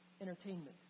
entertainment